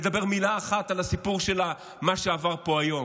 נאמר מילה אחת על הסיפור של מה שעבר פה היום.